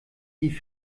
die